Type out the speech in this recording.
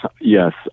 Yes